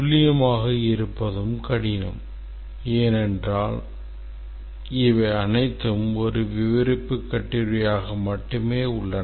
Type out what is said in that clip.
துல்லியமாக இருப்பது கடினம் ஏனென்றால் இவை அனைத்தும் ஒரு விவரிப்புக் கட்டுரையாக மட்டுமே உள்ளன